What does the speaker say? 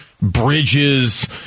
Bridges